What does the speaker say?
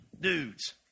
dudes